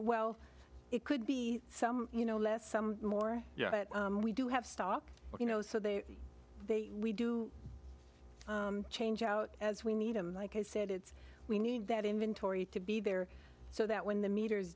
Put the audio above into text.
well it could be some you know less some more yeah but we do have stock you know so they they we do change out as we need them like i said it's we need that inventory to be there so that when the meters